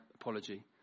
apology